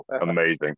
amazing